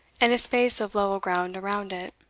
and a space of level ground around it.